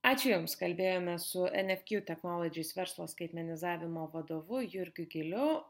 ačiū jums kalbėjome su nfq technologies verslo skaitmenizavimo vadovu jurgiu gyliu